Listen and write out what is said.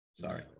sorry